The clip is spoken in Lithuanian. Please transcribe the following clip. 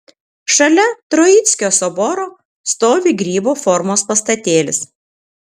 šalia troickio soboro stovi grybo formos pastatėlis